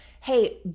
hey